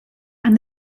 and